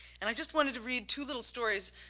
and i just wanted to read two little stories.